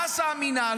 מה עשה המינהל?